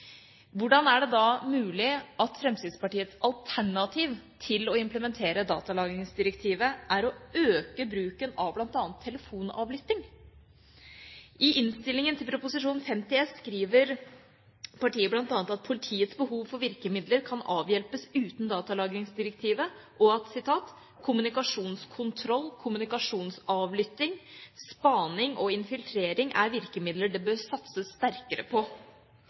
Hvordan er det da mulig at Fremskrittspartiets alternativ til å implementere datalagringsdirektivet er å øke bl.a. bruken av telefonavlytting? I innstillingen til Prop. 49 L skriver partiet bl.a. at politiets behov for virkemidler kan avhjelpes uten datalagringsdirektivet og etter deres oppfatning er «kommunikasjonskontroll, kommunikasjonsavlytting, spaning og infiltrering, virkemidler det bør satses sterkere på».